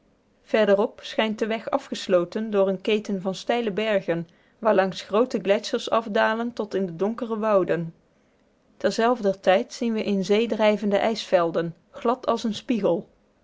verderop schijnt de weg afgesloten door een keten van steile bergen waarlangs groote gletschers afdalen tot in de donkere wouden terzelfder tijd zien we in zee drijvende ijsvelden glad als een spiegel